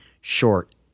short